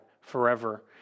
forever